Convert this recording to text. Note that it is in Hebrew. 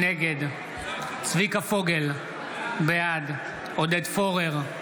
נגד צביקה פוגל, בעד עודד פורר,